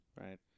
right